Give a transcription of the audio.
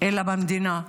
אלא במדינה.